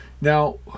Now